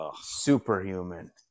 superhuman